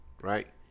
right